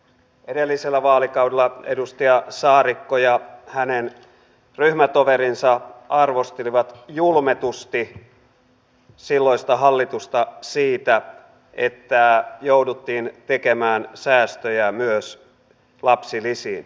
edellisellä vaalikaudella edustaja saarikko ja hänen ryhmätoverinsa arvostelivat julmetusti silloista hallitusta siitä että jouduttiin tekemään säästöjä myös lapsilisiin